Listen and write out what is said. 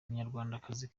umunyarwandakazi